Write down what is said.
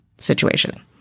situation